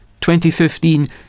2015